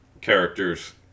characters